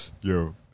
Yo